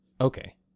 Okay